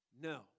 No